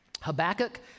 Habakkuk